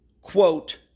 quote